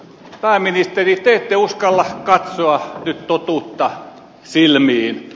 pääministeri te ette uskalla katsoa nyt totuutta silmiin